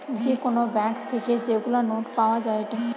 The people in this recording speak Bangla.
যে কোন ব্যাঙ্ক থেকে যেগুলা নোট পাওয়া যায়েটে